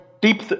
Deep